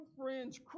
friend's